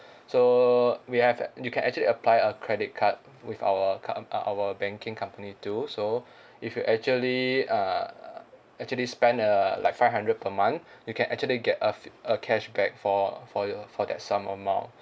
so we have you can actually apply a credit card with our com~ our our banking company too so if you actually uh actually spend uh like five hundred per month you can actually get a a cashback for for for that sum amount